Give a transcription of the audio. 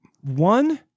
One